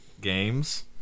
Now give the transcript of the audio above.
Games